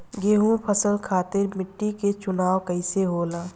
गेंहू फसल खातिर मिट्टी के चुनाव कईसे होला?